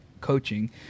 coaching